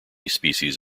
species